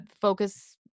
focus